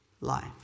life